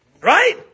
right